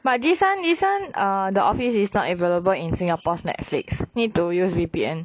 but this [one] this [one] err the office is not available in singapore's netflix need to use V_P_N